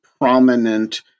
prominent